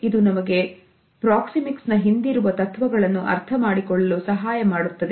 ಇದು ನಮಗೆ ಪ್ರಾಕ್ಸಿಮಿಕ್ಸ್ ನ ಹಿಂದಿರುವ ತತ್ವಗಳನ್ನು ಅರ್ಥಮಾಡಿಕೊಳ್ಳಲು ಸಹಾಯ ಮಾಡುತ್ತದೆ